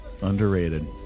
Underrated